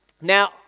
Now